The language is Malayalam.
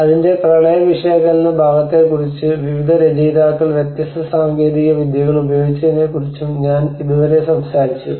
അതിന്റെ പ്രളയ വിശകലന ഭാഗത്തെക്കുറിച്ചും വിവിധ രചയിതാക്കൾ വ്യത്യസ്ത സാങ്കേതിക വിദ്യകൾ ഉപയോഗിച്ചതിനെക്കുറിച്ചും ഞാൻ ഇതുവരെ സംസാരിച്ചു